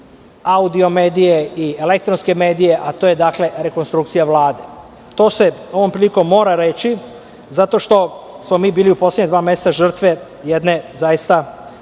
i audio-medije i elektronske medije, a to je rekonstrukcija Vlade. To se ovom prilikom mora reći, zato što smo mi bili u poslednja dva meseca žrtve jedne zaista,